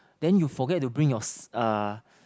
then you forget to bring your uh